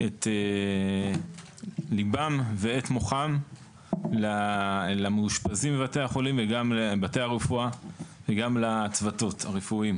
את ליבם ואת מוחם למאושפזים בבתי הרפואה וגם לצוותים הרפואיים.